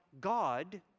God